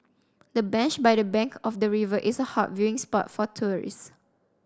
the bench by the bank of the river is a hot viewing spot for tourists